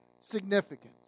significance